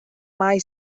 mai